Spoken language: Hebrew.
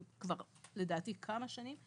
לדעתי כבר כמה שנים,